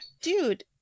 Dude